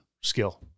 skill